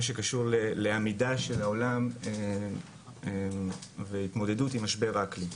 שקשור לעמידה של העולם והתמודדות עם משבר האקלים.